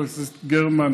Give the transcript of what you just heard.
חברת הכנסת גרמן,